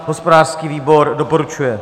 Hospodářský výbor doporučuje.